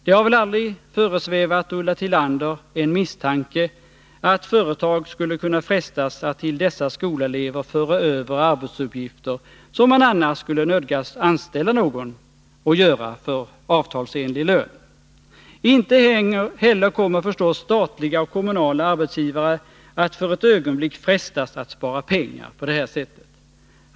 Det har väl aldrig föresvävat Ulla Tillander en misstanke att företag skulle kunna frestas att till dessa skolelever föra över arbetsuppgifter, som man annars skulle nödgas anställa någon att göra för avtalsenlig lön. Inte heller kommer förstås statliga och kommunala arbetsgivare att för ett ögonblick frestas att spara pengar på det här sättet.